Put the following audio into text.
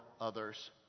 others